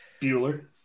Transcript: Bueller